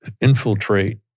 infiltrate